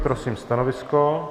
Prosím stanovisko.